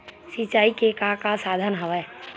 सिंचाई के का का साधन हवय?